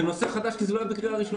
זה נושא חדש, כי זה לא היה בקריאה ראשונה.